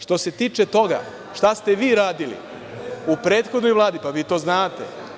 Što se tiče toga, šta ste vi radili u prethodnoj Vladi, pa vi to znate.